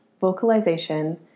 vocalization